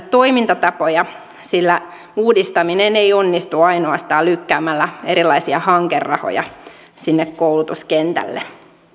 toimintatapoja sillä uudistaminen ei onnistu ainoastaan lykkäämällä erilaisia hankerahoja koulutuskentälle